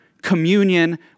Communion